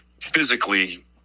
physically